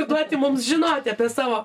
ir duoti mums žinoti apie savo